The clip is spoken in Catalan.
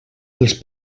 els